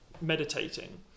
meditating